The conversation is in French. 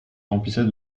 remplissait